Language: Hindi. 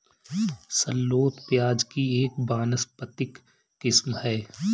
शल्लोत प्याज़ की एक वानस्पतिक किस्म है